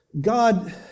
God